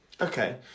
Okay